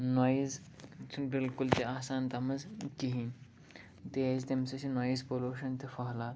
نۄیِز چھُنہٕ بلکل تہِ آسان تَتھ منٛز کِہیٖنۍ تِکیٛازِ تَمہِ سۭتۍ چھُ نۄیِز پوٚلوٗشَن تہِ پھٔہلان